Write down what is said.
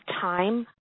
time